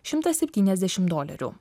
šimtas septyniasdešim dolerių